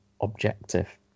objective